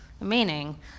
meaning